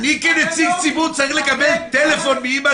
אני כנציג ציבור צריך לקבל טלפון מאימא